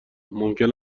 ممکن